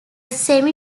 semi